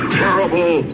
terrible